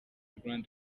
grande